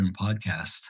Podcast